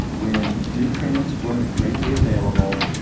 when nutrients weren't greatly available,